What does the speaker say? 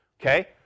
Okay